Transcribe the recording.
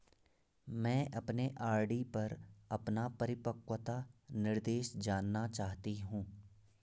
मैं अपने आर.डी पर अपना परिपक्वता निर्देश जानना चाहती हूँ